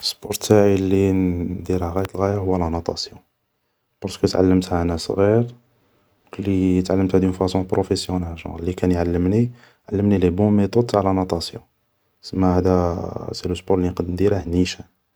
سبور تاعي اللي نديره غاية الغاية هو لا ناطاسيون, بارسكو تعلمتها و انا صغير, كلي تعلمتها دون فاصون بروفيسيونال, كلي اللي كان يعلمني, علمني لي بون ميطود تاع لاناطاسيون, سما هادا سي لو سبور اللي نقد نديره نيشان